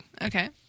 Okay